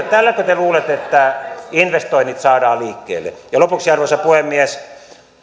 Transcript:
tälläkö te luulette että investoinnit saadaan liikkeelle ja lopuksi arvoisa puhemies